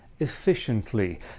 efficiently